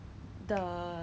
it's like normal cake